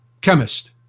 chemist